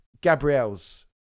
Gabrielle's